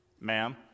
Ma'am